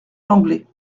l’anglais